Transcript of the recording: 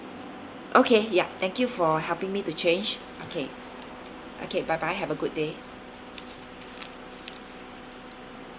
okay ya thank you for helping me to change okay okay bye bye have a good day